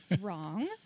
wrong